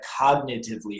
cognitively